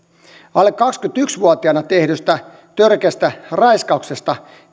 alle kaksikymmentäyksi vuotiaana tehdystä törkeästä raiskauksesta